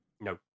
No